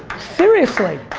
seriously.